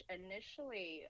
initially